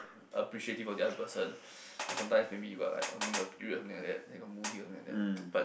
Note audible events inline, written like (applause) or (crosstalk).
appreciative of the other person or sometimes maybe you got like uh maybe got period something like that then got moody something like that (noise) but